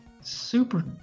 super